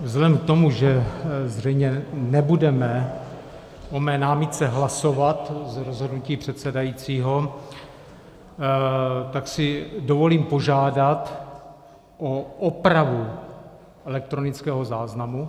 Vzhledem k tomu, že zřejmě nebudeme o mé námitce hlasovat z rozhodnutí předsedajícího, tak si dovolím požádat o opravu elektronického záznamu.